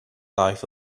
life